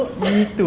itu